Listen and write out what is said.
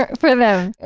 ah for them,